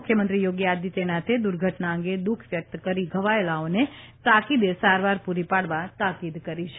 મુખ્યમંત્રી યોગી આદિત્યનાથે દુર્ઘટના અંગે દુઃખ વ્યકત કરી ઘવાયેલાઓને તાકીદે સારવાર પૂરી પાડવા તાકીદ કરી છે